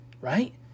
right